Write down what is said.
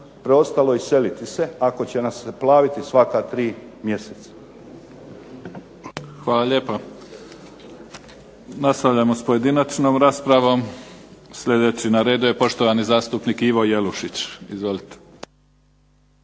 preostalo iseliti se, ako će nas plaviti svaka 3 mjeseca. **Mimica, Neven (SDP)** Hvala lijepa. Nastavljamo s pojedinačnom raspravom. Sljedeći na redu je poštovani zastupnik Ivo Jelušić. Izvolite.